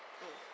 mm